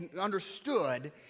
Understood